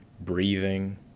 breathing